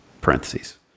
Parentheses